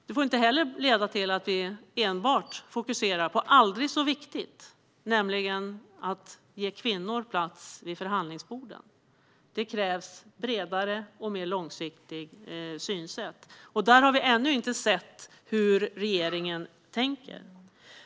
Det får inte heller leda till att vi enbart fokuserar på det aldrig så viktiga, nämligen att ge kvinnor plats vid förhandlingsborden. Det krävs bredare och ett mer långsiktigt synsätt. Där har vi ännu inte sett hur regeringen tänker.